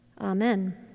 Amen